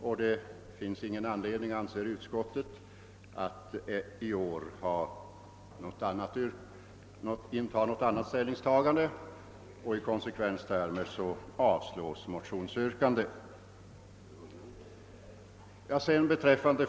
Utskottet anser därför att det i år inte finns anledning att inta en annan hållning. I konsekvens därmed har motionsyrkandet avstyrkts.